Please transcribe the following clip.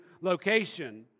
location